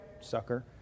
sucker